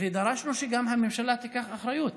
ודרשנו שגם הממשלה תיקח אחריות.